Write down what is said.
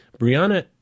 Brianna